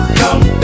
come